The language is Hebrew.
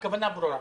הכוונה ברורה.